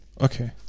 Okay